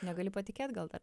negali patikėt gal dar